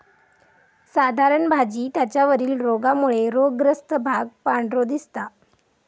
साधारण भाजी त्याच्या वरील रोगामुळे रोगग्रस्त भाग पांढरो दिसता